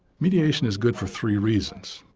mediation is good for three reasons.